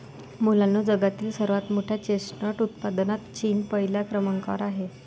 मुलांनो जगातील सर्वात मोठ्या चेस्टनट उत्पादनात चीन पहिल्या क्रमांकावर आहे